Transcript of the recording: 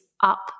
up